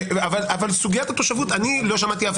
אבל סוגיית התושבות אני לא שמעתי אף